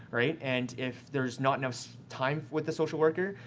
right? and if there's not enough time with the social worker,